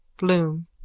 Bloom